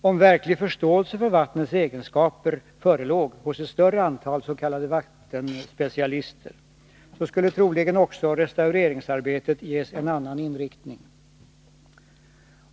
Om verklig förståelse för vattnets egenskaper förelåg hos ett större antal s.k. vattenspecialister, skulle troligen också restaureringsarbetet ges en annan inriktning.